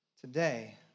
Today